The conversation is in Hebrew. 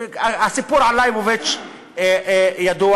הסיפור על ליבוביץ ידוע